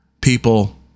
people